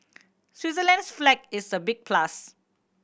Switzerland's flag is a big plus